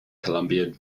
columbia